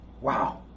Wow